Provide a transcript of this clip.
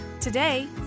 Today